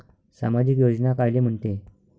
सामाजिक योजना कायले म्हंते?